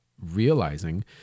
Realizing